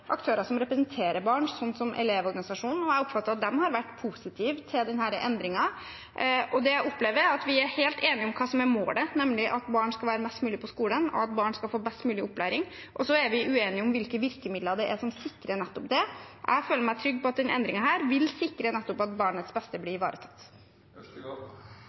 aktører som representerer barn, som Elevorganisasjonen, og jeg oppfatter at de har vært positive til denne endringen. Det jeg opplever, er at vi er helt enige om hva som er målet, nemlig at barn skal være mest mulig på skolen, og at barn skal få best mulig opplæring, men så er vi uenige om hvilke virkemidler som sikrer det. Jeg føler meg trygg på at denne endringen vil sikre at barnets beste